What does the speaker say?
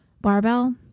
Barbell